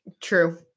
True